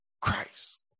Christ